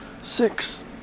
six